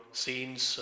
scenes